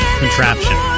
contraption